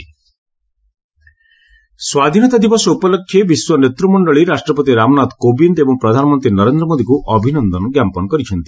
wall ଲିଡ୍ସ ଆଇଡି ସ୍ୱାଧୀନତା ଦିବସ ଉପଲକ୍ଷେ ବିଶ୍ୱ ନେତୃମଣ୍ଡଳୀ ରାଷ୍ଟ୍ରପତି ରାମନାଥ କୋବିନ୍ଦ ଏବଂ ପ୍ରଧାନମନ୍ତ୍ରୀ ନରେନ୍ଦ୍ରମୋଦୀଙ୍କ ଅଭିନନ୍ଦନ ଜ୍ଞାପନ କରିଛନ୍ତି